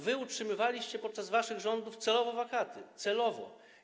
Wy utrzymywaliście podczas waszych rządów wakaty celowo.